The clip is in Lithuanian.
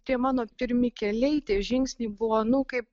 tie mano pirmi keliai tie žingsniai buvo nu kaip